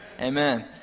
Amen